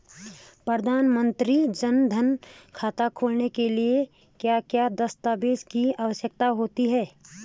प्रधानमंत्री जन धन खाता खोलने के लिए क्या क्या दस्तावेज़ की आवश्यकता होती है?